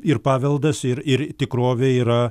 ir paveldas ir ir tikrovė yra